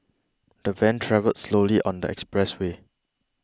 the van travelled slowly on the express way